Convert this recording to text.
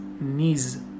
knees